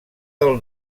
del